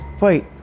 Wait